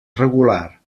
regular